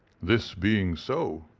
this being so,